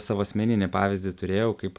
savo asmeninį pavyzdį turėjau kaip